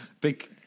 Big